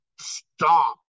stop